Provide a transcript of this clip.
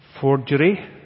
forgery